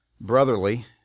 brotherly